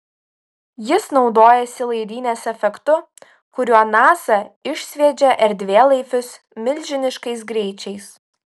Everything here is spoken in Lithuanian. jis naudojasi laidynės efektu kuriuo nasa išsviedžia erdvėlaivius milžiniškais greičiais